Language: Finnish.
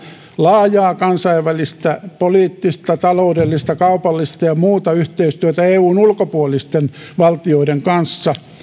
laajaa kansainvälistä poliittista taloudellista kaupallista ja muuta yhteistyötä eun ulkopuolisten valtioiden kanssa